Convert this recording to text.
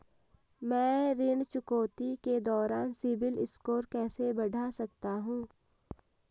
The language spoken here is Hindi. मैं ऋण चुकौती के दौरान सिबिल स्कोर कैसे बढ़ा सकता हूं?